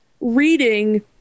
reading